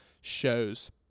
shows